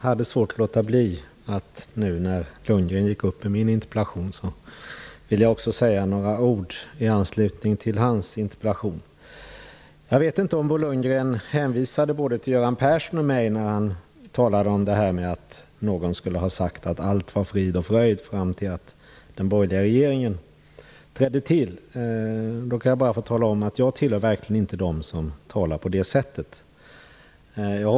Herr talman! När nu Bo Lundgren gick upp i debatten i min interpellation vill jag också säga några ord i anslutning till hans. Jag vet inte om Bo Lundgren hänvisade till både Göran Persson och mig när han talade om att någon skulle ha sagt att allt var frid och fröjd fram till det att den borgerliga regeringen tillträdde. I så fall kan jag tala om att jag tillhör verkligen inte dem som talar på det sättet.